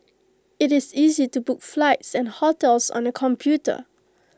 IT is easy to book flights and hotels on the computer